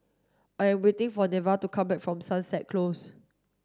I am waiting for Neva to come back from Sunset Close